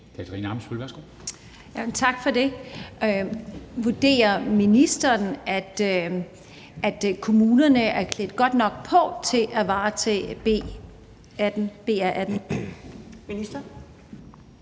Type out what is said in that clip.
Tak for det. Vurderer ministeren, at kommunerne er klædt godt nok på til at varetage BR 18?